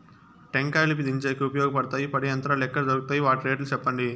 టెంకాయలు దించేకి ఉపయోగపడతాయి పడే యంత్రాలు ఎక్కడ దొరుకుతాయి? వాటి రేట్లు చెప్పండి?